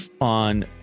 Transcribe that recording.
on